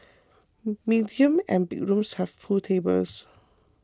medium and big rooms have pool tables